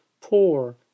poor